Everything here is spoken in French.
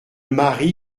mari